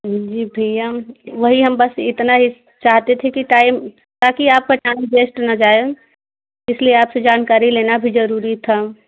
जी भैया वही हम बस इतना ही चाहते थे कि टाइम ताकि आपका टाइम वेस्ट ना जाए इसलिए आप से जानकारी लेना भी ज़रूरी था